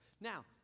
Now